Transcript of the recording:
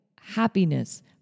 happiness